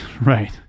Right